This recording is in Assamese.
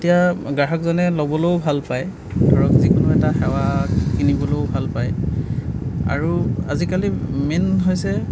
তেতিয়া গ্ৰাহকজনে ল'বলৈও ভাল পায় ধৰক যিকোনো এটা সেৱা কিনিবলৈও ভাল পায় আৰু আজিকালি মেইন হৈছে